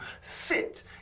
sit